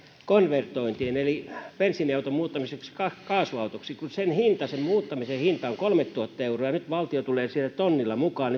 konvertointiin eli bensiiniauton muuttamiseen kaasuautoksi sen muuttamisen hinta on kolmetuhatta euroa ja nyt kun valtio tulee siihen tonnilla mukaan